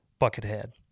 Buckethead